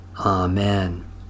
Amen